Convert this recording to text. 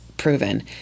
Proven